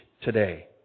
today